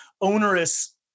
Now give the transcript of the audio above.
onerous